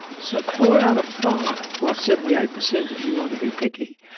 so four out of five, well, seventy eight percent if you want to be picky,